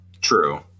True